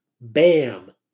Bam